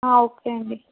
okay అండీ